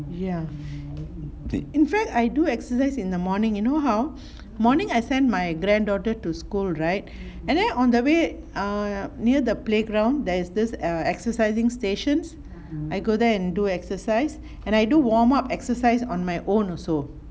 ya in fact I do exercise in the morning you know how morning I send my grand daughter to school right and then on the way err near the playground there is this uh exercising stations I go there and do exercise and I do warm up exercise on my own also